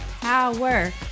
power